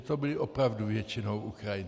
To byli opravdu většinou Ukrajinci.